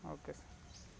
okay sir